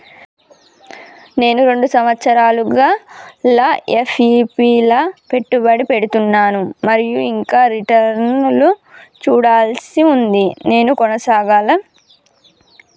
నేను రెండు సంవత్సరాలుగా ల ఎస్.ఐ.పి లా పెట్టుబడి పెడుతున్నాను మరియు ఇంకా రిటర్న్ లు చూడాల్సి ఉంది నేను కొనసాగాలా?